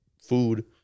Food